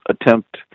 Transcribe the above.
attempt